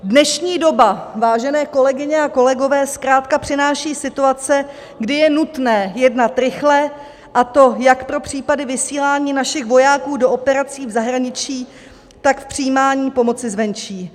Dnešní doba, vážené kolegyně a kolegové, zkrátka přináší situace, kdy je nutné jednat rychle, a to jak pro případy vysílání našich vojáků do operací v zahraničí, tak přijímání pomoci zvenčí.